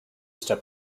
step